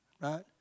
right